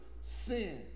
sin